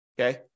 okay